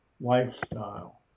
lifestyle